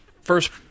first